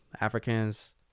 Africans